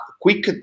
quick